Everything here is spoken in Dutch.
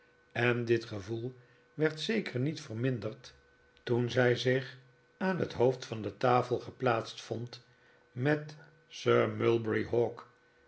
en dit gevoel werd zeker niet verminderd toen zij zich aan het hoofd van de tafel geplaatst vond met sir mulberry hawk